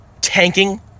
tanking